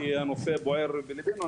כי הנושא בוער בלבנו.